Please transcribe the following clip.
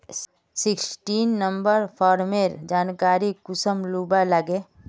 Sixteen number farmer जानकारी कुंसम लुबा लागे?